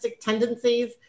tendencies